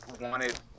wanted